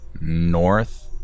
north